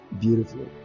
Beautiful